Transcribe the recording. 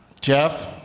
Jeff